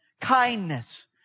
kindness